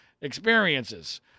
experiences